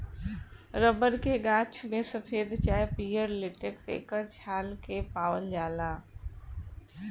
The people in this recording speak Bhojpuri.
रबर के गाछ में सफ़ेद चाहे पियर लेटेक्स एकर छाल मे पावाल जाला